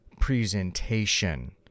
presentation